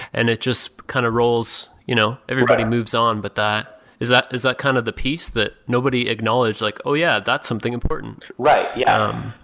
and it just kind of rolls you know everybody moves on, but that is that is that kind of the piece that nobody acknowledged like, oh, yeah. that's something important. right. yeah.